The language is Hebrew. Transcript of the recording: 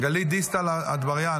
גלית דיסטל אטבריאן,